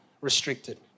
restricted